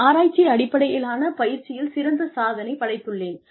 நான் ஆராய்ச்சி அடிப்படையிலான பயிற்சியில் சிறந்த சாதனைப் படைத்துள்ளேன்